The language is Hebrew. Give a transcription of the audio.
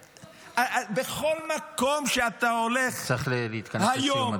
בכל מקום שאתה הולך היום --- צריך להתכנס לסיום,